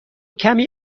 کمی